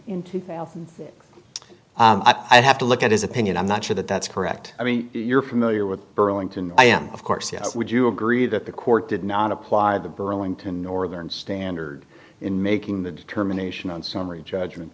court i'd have to look at his opinion i'm not sure that that's correct i mean you're familiar with burlington i am of course yes would you agree that the court did not apply the burlington northern standard in making the determination on summary judgment